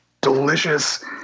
delicious